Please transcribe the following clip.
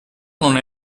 non